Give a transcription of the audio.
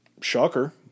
shocker